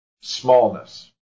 smallness